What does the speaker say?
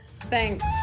Thanks